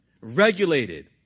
regulated